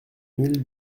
mille